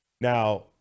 Now